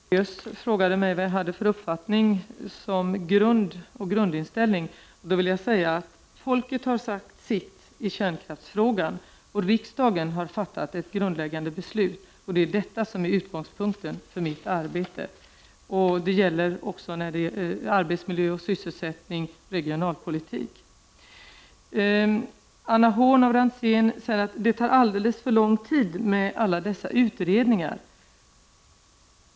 Herr talman! Birgitta Hambraeus frågade mig vad jag hade för uppfattning och grundinställning. Folket har sagt sitt i kärnkraftsfrågan, och riksdagen har fattat ett grundläggande beslut. Det är detta som är utgångspunkten för mitt arbete. Detta gäller också arbetsmiljön, sysselsättningen och regionalpolitiken. Anna Horn af Rantzien säger att det tar alldeles för lång tid med alla dessa utredningar.